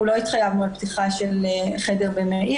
אנחנו לא התחייבנו על פתיחה של חדר במאיר,